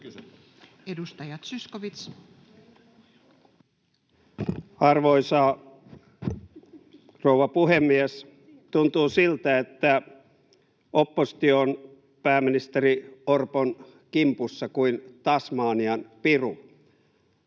15:15 Content: Arvoisa rouva puhemies! Tuntuu siltä, että oppositio on pääministeri Orpon kimpussa kuin tasmanianpiru